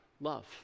Love